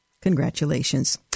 Congratulations